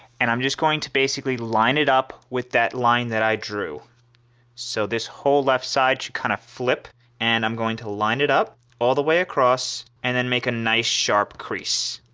and i'm just going to basically line it up with that line that i drew so this whole left side should kind of flip and i'm going to line it up all the way across and then make a nice sharp crease.